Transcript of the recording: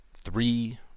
three